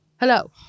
Hello